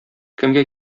кемгә